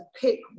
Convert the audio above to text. pick